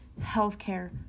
healthcare